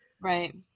Right